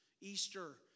Easter